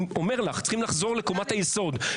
אני אומר שצריך לחזור לקומת היסוד.